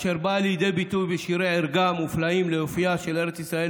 אשר באה לידי ביטוי בשירי ערגה מופלאים ליופייה של ארץ ישראל,